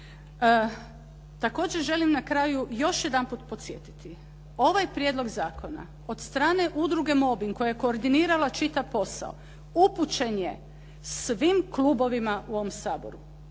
Također želim na raju još jedanput podsjetiti. Ovaj prijedlog zakona od strane udruge “Mobbing“ koja je koordinirala čitav posao upućen je svim klubovima u ovom Saboru